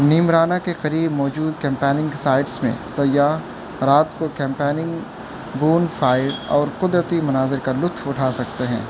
نیمرانا کے قریب موجود کیمپیننگ کے سائٹس میں سیاح رات کو کیمپیننگ بون فائر اور قدرتی مناظر کا لطف اٹھا سکتے ہیں